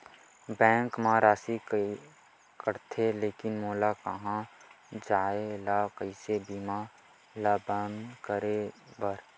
Bank मा राशि कटथे लेकिन मोला कहां जाय ला कइसे बीमा ला बंद करे बार?